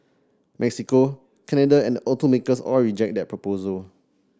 Mexico Canada and the automakers all reject that proposal